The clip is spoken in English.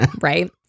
right